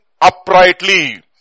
Uprightly